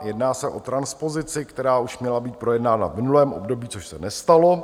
Jedná se o transpozici, která už měla být projednána v minulém období, což se nestalo.